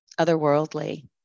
otherworldly